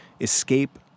escape